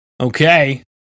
okay